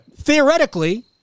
theoretically